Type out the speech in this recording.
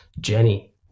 Jenny